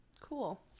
cool